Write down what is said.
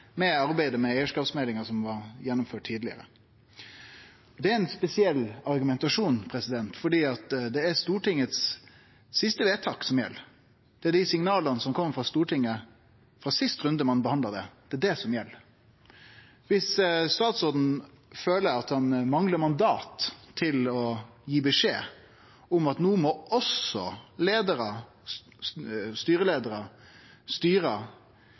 med arbeidet med eigarskapsmeldinga som blei gjennomført tidlegare. Det er ein spesiell argumentasjon, for det er Stortingets siste vedtak som gjeld. Det er dei signala som kjem frå Stortinget frå den siste runden ein behandla saka, som gjeld. Om statsråden føler han manglar mandat til å gi beskjed om at no må også